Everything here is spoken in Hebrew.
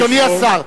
אדוני השר,